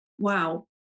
wow